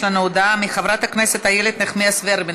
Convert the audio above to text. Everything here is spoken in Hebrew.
יש לנו הודעה של חברת הכנסת איילת נחמיאס ורבין.